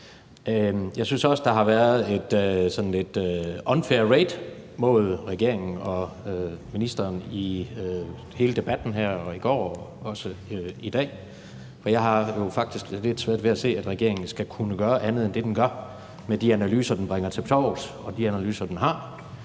Jeg synes også, der har været et sådan lidt unfair raid på regeringen og ministeren i hele debatten her, i går og også i dag, og jeg har faktisk lidt svært ved at se, at regeringen skal kunne gøre andet end det, den gør, med de analyser, den bringer til torvs, og de analyser, den har.